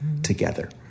together